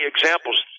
examples